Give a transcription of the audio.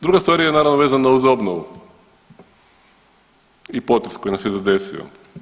Druga stvar je naravno vezana uz obnovu i potres koji nas je zadesio.